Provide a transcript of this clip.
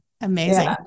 amazing